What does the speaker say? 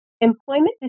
employment